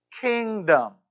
kingdom